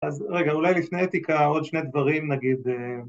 ‫אז רגע, אולי לפני אתיקה ‫עוד שני דברים, נגיד...